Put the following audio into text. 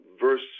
verse